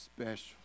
special